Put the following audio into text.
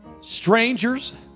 strangers